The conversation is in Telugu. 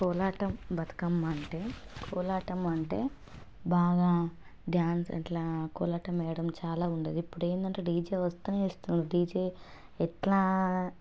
కోలాటం బతుకమ్మ అంటే కోలాటం అంటే బాగా డ్యాన్స్ అలా కోలాటం వేయడం చాలా ఉండేది ఇప్పుడు ఏంటంటే డీజే వస్తే వేస్తున్నారు డీజే ఎలా